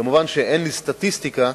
כמובן, אין לי סטטיסטיקה.